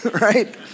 right